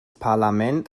parlament